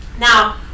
Now